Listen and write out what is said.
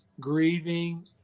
grieving